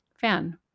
fan